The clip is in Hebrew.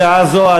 בשעה זו,